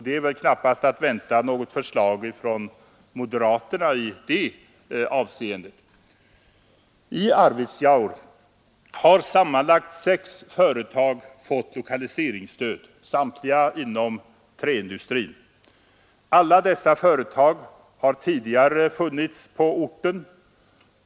Det är väl knappast att vänta att moderaterna skall lägga fram något förslag i det avseendet. Sammanlagt sex företag i Arvidsjaur har fått lokaliseringsstöd, samtliga inom träindustrin. Alla dessa företag har tidigare funnits på orten.